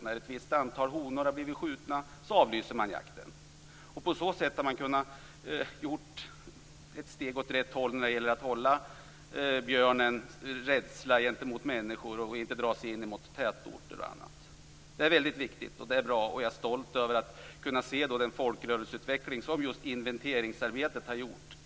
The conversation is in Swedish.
När ett visst antal honor har blivit skjutna avlyser man jakten. På så sätt har man kunnat ta ett steg åt rätt håll när det gäller att behålla björnens rädsla gentemot människor så att den inte drar sig in mot tätorter och annat. Detta är väldigt viktigt och bra. Jag är stolt över att kunna se den folkrörelseutveckling som inventeringsarbetet har inneburit.